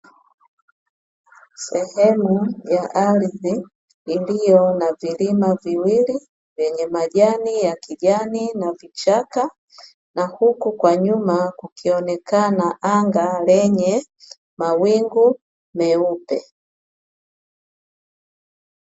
Sehemu ya ardhi iliyo na vilima viwili, vyenye majani ya kijani na vichaka, na huku kwa nyuma kukionekana anga lenye mawingu meupe.